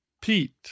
Pete